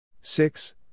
Six